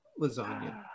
lasagna